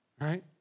right